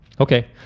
Okay